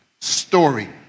story